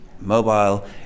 mobile